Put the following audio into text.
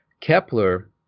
Kepler